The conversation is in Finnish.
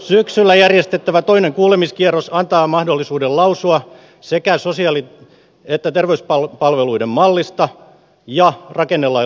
syksyllä järjestettävä toinen kuulemiskierros antaa mahdollisuuden lausua sekä sosiaali että terveyspalveluiden mallista ja rakennelain luonnoksesta